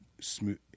smooth